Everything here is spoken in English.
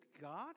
God